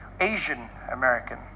Asian-American